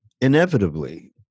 Inevitably